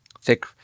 thick